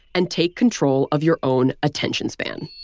and take control of your own attention span